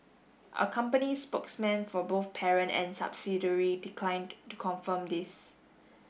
a company spokesman for both parent and subsidiary declined to confirm this